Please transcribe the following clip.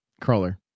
crawler